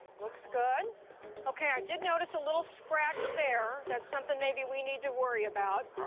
looks good okay i did notice a little scratch there that's something maybe we need to worry about